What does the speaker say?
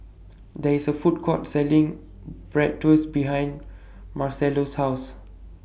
There IS A Food Court Selling Bratwurst behind Marcello's House